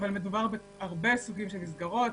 אבל מדובר בהרבה סוגים של מסגרות,